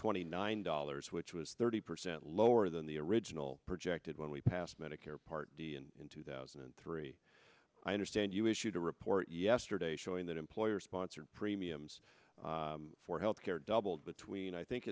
twenty nine dollars which was thirty percent lower than the original projected when we passed medicare part d and in two thousand and three i understand you issued a report yesterday showing that employer sponsored premiums for health care doubled between i think